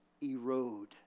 erode